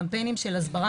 קמפיינים של הסברה,